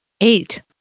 Eight